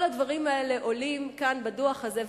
כל הדברים האלה עולים כאן בדוח הזה,